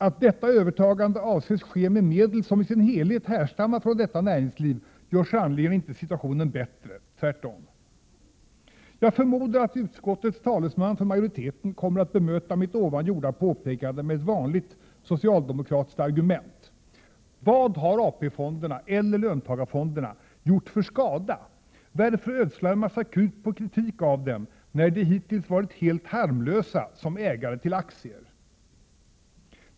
Att detta övertagande avses ske med medel som i sin helhet härstammar från detta näringsliv gör sannerligen inte situationen bättre, tvärtom! Jag förmodar att utskottsmajoritetens talesman kommer att bemöta mitt påpekande med ett vanligt socialdemokratiskt argument: Vad har AP fonderna, eller löntagarfonderna, gjort för skada? Varför ödsla en massa krut på kritik av dem, när de hittills varit helt harmlösa som ägare till aktier?